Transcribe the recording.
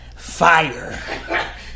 Fire